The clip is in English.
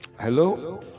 Hello